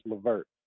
LeVert